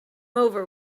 over